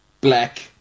black